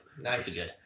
Nice